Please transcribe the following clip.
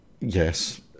Yes